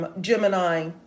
Gemini